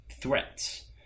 threats